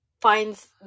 finds